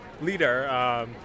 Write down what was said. leader